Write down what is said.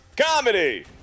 comedy